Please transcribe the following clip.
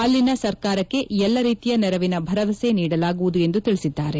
ಅಲ್ಲಿನ ಸರ್ಕಾರಕ್ಕೆ ಎಲ್ಲ ರೀತಿಯ ನೆರವಿನ ಭರವಸೆ ನೀಡಲಾಗುವುದು ಎಂದು ತಿಳಿಸಿದ್ದಾರೆ